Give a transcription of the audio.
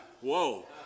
Whoa